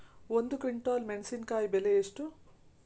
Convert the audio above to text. ಒಂದು ಕ್ವಿಂಟಾಲ್ ಮೆಣಸಿನಕಾಯಿ ಬೆಲೆ ಎಷ್ಟು?